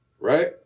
right